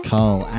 Carl